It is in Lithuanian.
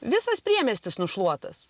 visas priemiestis nušluotas